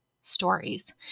stories